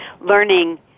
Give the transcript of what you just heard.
learning